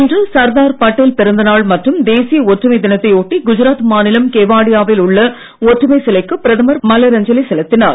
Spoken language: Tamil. இன்று சர்தார் பட்டேல் பிறந்த நாள் மற்றும் தேசிய ஒற்றுமை தினத்தை ஒட்டி குஜராத் மாநிலம் கெவாடியாவில் உள்ள ஒற்றுமை சிலைக்கு பிரதமர் மலர் அஞ்சலி செலுத்தினார்